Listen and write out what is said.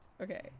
Okay